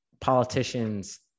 politicians